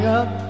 up